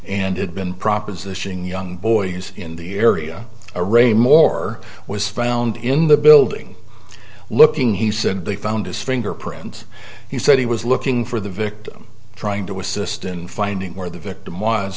and it been propositioning young boys in the area a ray moore was found in the building looking he said they found his fingerprints he said he was looking for the victim trying to assist in finding where the victim w